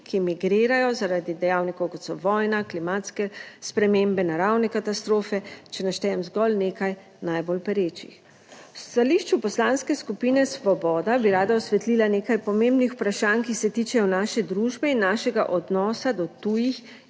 ki migrirajo, zaradi dejavnikov kot so vojna, klimatske spremembe, naravne katastrofe, če naštejem zgolj nekaj najbolj perečih. V stališču Poslanske skupine Svoboda bi rada osvetlila nekaj pomembnih vprašanj, ki se tičejo naše družbe in našega odnosa do tujih